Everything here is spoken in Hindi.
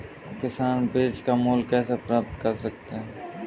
किसान बीज का मूल्य कैसे पता कर सकते हैं?